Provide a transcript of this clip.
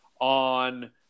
on